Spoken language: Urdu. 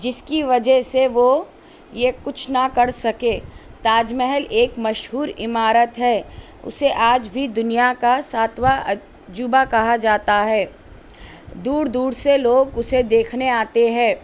جس کی وجہ سے وہ یہ کچھ نہ کر سکے تاج محل ایک مشہور عمارت ہے اسے آج بھی دنیا کا ساتواں عجوبہ کہا جاتا ہے دور دور سے لوگ اسے دیکھنے آتے ہیں